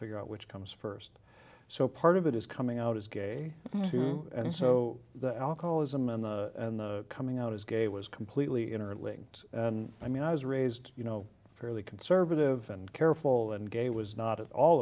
figure out which comes first so part of it is coming out as gay and so the alcoholism and the coming out as gay was completely interlinked and i mean i was raised you know fairly conservative and careful and gay was not at all